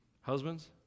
Husbands